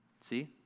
see